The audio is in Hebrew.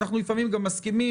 לפעמים אנחנו גם מסכימים.